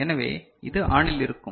எனவே இது ஆனில் இருக்கும்